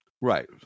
Right